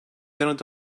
yanıt